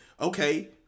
Okay